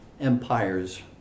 empires